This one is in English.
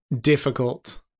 difficult